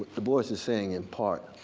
du bois is is saying, in part,